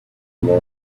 more